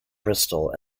bristol